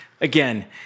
again